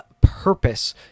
purpose